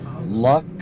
luck